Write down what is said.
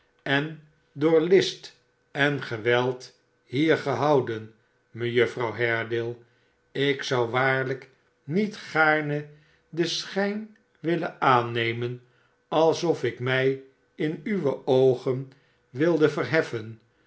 en door list en geweld hier gehouden mejuffer haredale ik zou waarlijk niet gaarne den schijn willen aannemen alsof ik mijm uwe oogen wilde verheffen